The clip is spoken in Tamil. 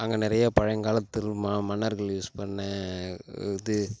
அங்க நிறையா பழையங்காலத்து ரு மா மன்னர்கள் யூஸ் பண்ண இது